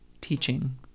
teaching